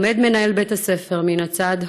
עומד מנהל בית הספר מן הצד,